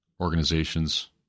organizations